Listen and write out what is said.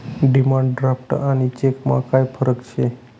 demand draft आणि चेकमा काय फरक शे